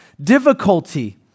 difficulty